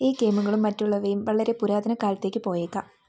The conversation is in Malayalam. ഈ ഗെയിമുകളും മറ്റുള്ളവയും വളരെ പുരാതന കാലത്തേക്ക് പോയേക്കാം